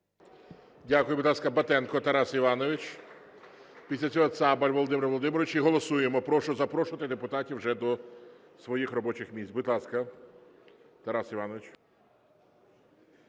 Дякую. Будь ласка, Батенко Тарас Іванович. Після цього Цабаль Володимир Володимирович, і голосуємо. Прошу запрошувати депутатів вже до своїх робочих місць. Будь ласка, Тарас Іванович.